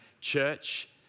Church